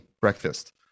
breakfast